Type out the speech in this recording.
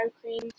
cream